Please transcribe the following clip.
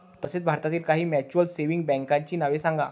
तसेच भारतातील काही म्युच्युअल सेव्हिंग बँकांची नावे सांगा